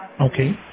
Okay